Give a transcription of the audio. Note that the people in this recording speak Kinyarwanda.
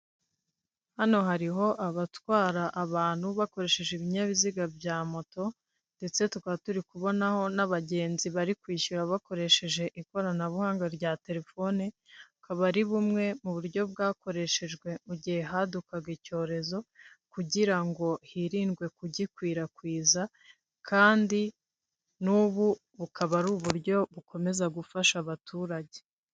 Hano hariho abatwara abantu bakoresheje ibinyabiziga bya moto ndetse tukaba turi kubonaho n'abagenzi bari kwishyura bakoresheje ikoranabuhanga rya telefone, bukaba ari bumwe mu buryo bwakoreshejwe mu gihe hadukaga icyorezo kugirango ngo hirindwe kugikwirakwiza kandi n'ubu bukaba ari uburyo bukomeza gufasha abaturage.